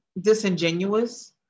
disingenuous